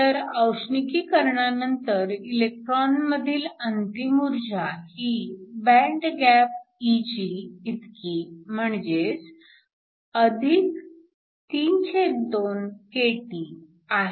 तर औष्णिकीकरणानंतर इलेक्ट्रॉनमधील अंतिम ऊर्जा ही बँड गॅप Eg इतकी म्हणजेच 32kT आहे